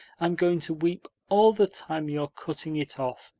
i'm going to weep all the time you're cutting it off,